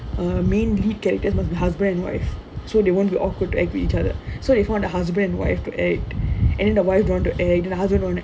err main lead characters must be husband and wife so they won't be awkward to act with each other so they found a husband and wife to act and the wife don't want to act and the husband want right